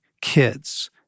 kids